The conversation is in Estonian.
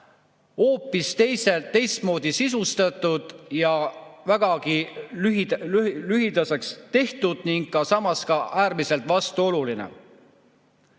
hoopis teistmoodi sisustatult ja vägagi lühikeseks tehtult ning samas äärmiselt vastuolulisena.